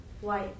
White